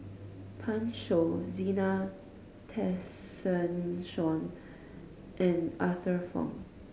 Pan Shou Zena Tessensohn and Arthur Fong